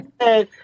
Okay